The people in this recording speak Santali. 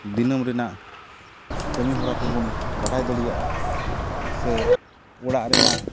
ᱫᱤᱱᱟᱹᱢ ᱨᱮᱱᱟᱜ ᱠᱟᱹᱢᱤ ᱦᱚᱨᱟ ᱠᱚᱵᱚᱱ ᱵᱟᱰᱟᱭ ᱫᱟᱲᱮᱭᱟᱜᱼᱟ ᱥᱮ ᱚᱲᱟᱜ ᱨᱮᱱᱟᱜ